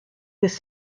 this